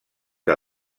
que